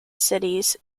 cities